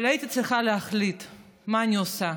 אבל הייתי צריכה להחליט מה אני עושה,